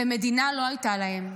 ומדינה לא הייתה להם.